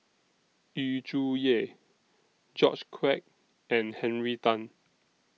Yu Zhuye George Quek and Henry Tan